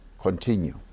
continue